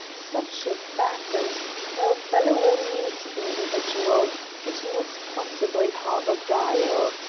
such a fat and hail-fellow-well-met individual could not possibly harbour guile.